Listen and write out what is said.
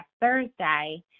Thursday